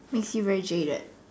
makes you very jaded